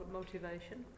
motivation